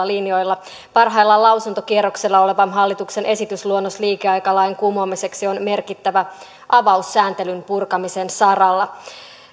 linjoilla parhaillaan lausuntokierroksella oleva hallituksen esitysluonnos liikeaikalain kumoamiseksi on merkittävä avaus sääntelyn purkamisen saralla